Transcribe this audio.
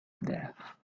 death